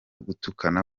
gutukana